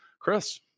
Chris